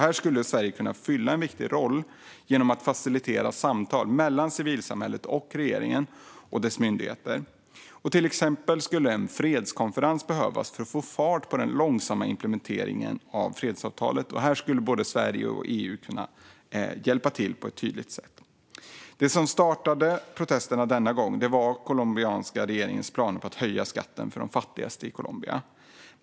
Här skulle Sverige kunna fylla en viktig roll genom att facilitera samtal mellan civilsamhället och regeringen och dess myndigheter. Till exempel skulle en fredskonferens behövas för att få fart på den långsamma implementeringen av fredsavtalet. Här skulle både Sverige och EU hjälpa till på ett tydligt sätt. Det som startade protesterna denna gång var den colombianska regeringens planer på att höja skatten för de fattigaste i Colombia.